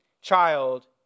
child